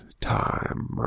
time